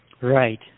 right